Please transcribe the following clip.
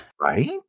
Right